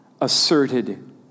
asserted